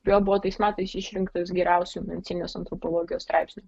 vėl buvo tais metais išrinktas geriausiu medicininės antropologijos straipsniu